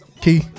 Key